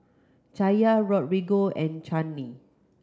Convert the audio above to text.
Chaya Rodrigo and Chanie